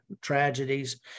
tragedies